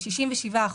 67%,